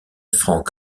frank